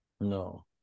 No